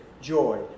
joy